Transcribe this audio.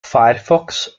firefox